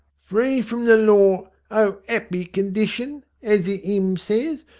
free from the lor o appy con dition, as the ymn says.